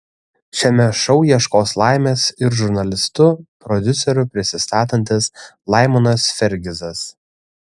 šiame šou ieškos laimės ir žurnalistu prodiuseriu prisistatantis laimonas fergizas